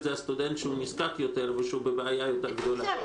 זה הסטודנט שנזקק יותר או שנמצא בבעיה גדולה יותר.